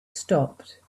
stopped